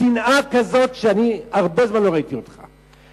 שנאה כזאת, אני הרבה זמן לא ראיתי אותך כך.